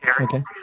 Okay